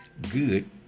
good